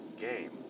game